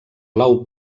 blau